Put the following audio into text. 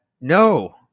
no